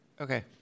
Okay